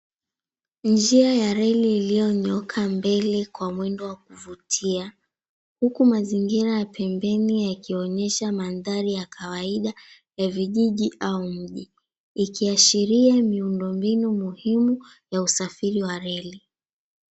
Njia ya reli iliyonyooka mbele kwa mwendo wa kuvutia huku mazingira ya pembeni yakionyesha mandhari ya kawaida ya vijiji au mji ikiashiria miundombinu muhimu ya usafiri wa reli.